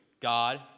God